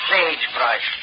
Sagebrush